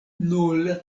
nul